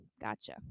Gotcha